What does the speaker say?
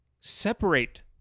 separate